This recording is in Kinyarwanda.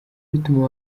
bituma